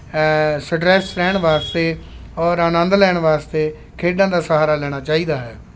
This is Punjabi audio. ਸਟਰੈੱਸ ਰਹਿਣ ਵਾਸਤੇ ਔਰ ਆਨੰਦ ਲੈਣ ਵਾਸਤੇ ਖੇਡਾਂ ਦਾ ਸਹਾਰਾ ਲੈਣਾ ਚਾਹੀਦਾ ਹੈ